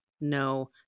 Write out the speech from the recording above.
No